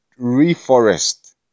reforest